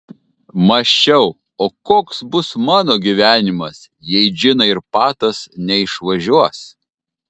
mąsčiau o koks bus mano gyvenimas jei džina ir patas neišvažiuos